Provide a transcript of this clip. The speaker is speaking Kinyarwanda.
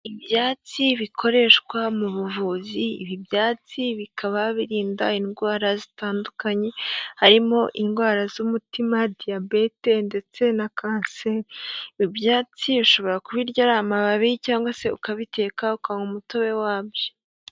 Ibyatsi bikoreshwa mu buvuzi, ibi byatsi bikaba birinda indwara zitandukanye, harimo indwara z'umutima, Diyabete ndetse na kanseri, ibi byatsi ushobora kubirya ari amababi cyangwa se ukabiteka ukanywa umutobe wabyo.